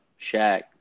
Shaq